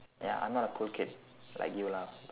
ya I'm not a cool kid like you lah